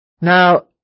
Now